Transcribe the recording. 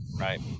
right